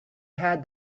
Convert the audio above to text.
had